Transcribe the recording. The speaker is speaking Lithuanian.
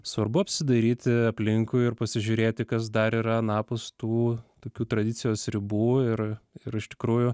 svarbu apsidairyti aplinkui ir pasižiūrėti kas dar yra anapus tų tokių tradicijos ribų ir ir iš tikrųjų